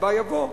הבא יבוא,